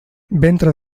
ventre